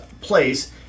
place